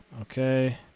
Okay